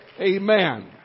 Amen